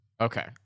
Okay